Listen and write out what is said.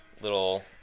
Little